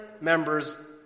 members